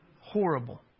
horrible